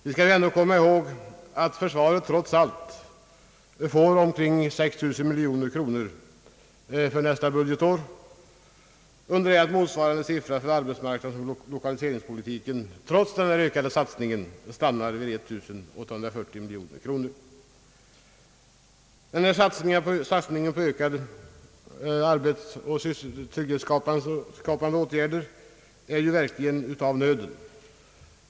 Vi skall ändå komma ihåg att försvaret trots allt får omkring 6 000 miljoner för nästa budgetår, medan motsvarande siffra för arbetsmarknadsoch lokaliseringspolitiken trots den ökade satsningen stannar vid 1 840 miljoner. Den kraftigt ökade satsningen på arbetsoch trygghetsskapande ting är ju verkligen av nöden.